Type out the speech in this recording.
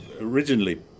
originally